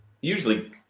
usually